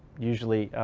usually,